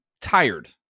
tired